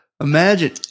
Imagine